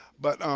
but